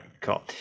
cool